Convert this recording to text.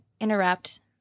interrupt